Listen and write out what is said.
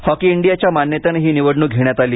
hockey इंडियाच्या मान्यतेने ही निवडणूक घेण्यात आली